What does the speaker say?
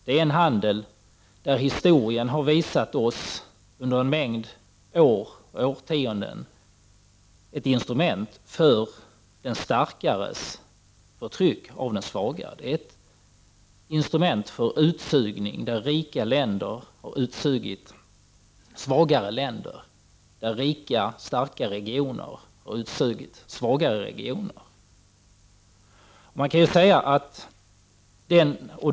Det är en handel, där historien under årtionden har visat oss att den, är ett instrument för den starkares förtryck av den svagare. Den är ett instrument för utsugning, där rika har sugit ut svagare länder, där rika starkare regioner har sugit ut svagare regioner.